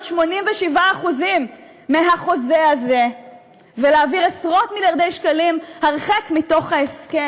87% מהחוזה הזה ולהעביר עשרות-מיליארדי שקלים הרחק מתוך ההסכם.